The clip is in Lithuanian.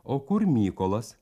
o kur mykolas